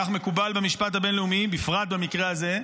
כך מקובל במשפט הבין-לאומי, בפרט במקרה הזה,